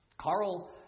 Carl